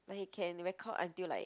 like he can record until like